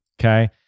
Okay